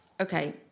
Okay